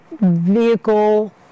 vehicle